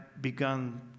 begun